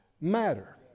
matter